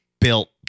built